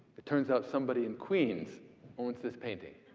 it turns out, somebody in queens owns this painting.